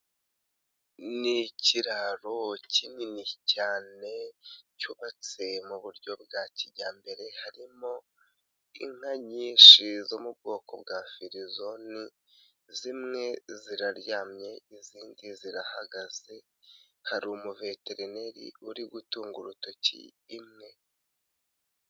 Ni ikiraro kinini cyane cyubatse mu buryo bwa kijyambere, harimo inka nyinshi zo mu bwoko bwa firizoni, zimwe ziraryamye izindi zirahagaze, hari umuveterineri uri gutunga urutoki imwe.